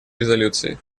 резолюции